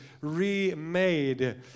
remade